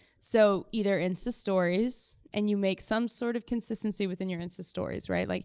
so, either insta stories, and you make some sort of consistency within your insta stories, right? like